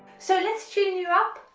so let's tune you up,